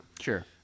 Sure